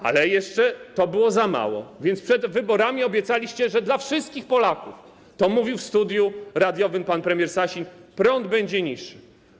Ale jeszcze to było za mało, więc przed wyborami obiecaliście, że dla wszystkich Polaków - mówił to w studiu radiowym pan premier Sasin - cena prądu będzie niższa.